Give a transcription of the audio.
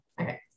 Okay